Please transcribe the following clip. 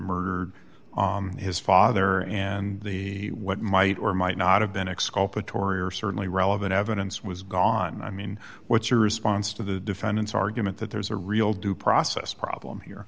murdered his father and the what might or might not have been exculpatory or certainly relevant evidence was gone i mean what's your response to the defendant's argument that there's a real due process problem here